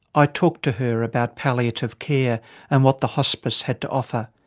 i talked to her about palliative care and what the hospice had to offer.